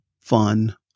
Fun